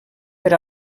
per